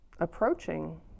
approaching